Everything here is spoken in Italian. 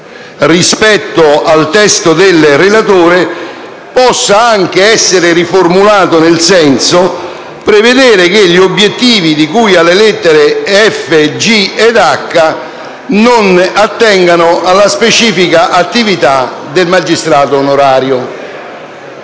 rispetto al testo del relatore, possa anche essere riformulato nel senso di prevedere che gli obiettivi di cui alle lettere *f)*, *g)* ed *h)* non attengano alla specifica attività del magistrato onorario.